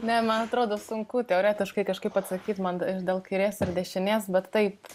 ne man atrodo sunku teoretiškai kažkaip atsakyt man dėl kairės ir dešinės bet taip